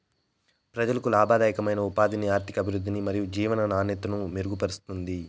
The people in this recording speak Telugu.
ప్రజలకు లాభదాయకమైన ఉపాధిని, ఆర్థికాభివృద్ధిని మరియు జీవన నాణ్యతను మెరుగుపరుస్తుంది